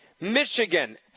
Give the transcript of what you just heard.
Michigan